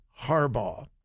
Harbaugh